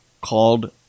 called